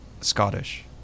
Scottish